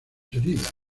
heridas